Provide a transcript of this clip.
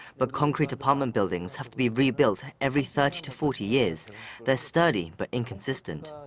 but concrete apartment buildings have to be rebuilt every thirty to forty years they're sturdy but inconsistent.